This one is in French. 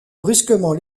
brusquement